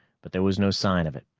but there was no sign of it.